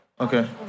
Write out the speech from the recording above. Okay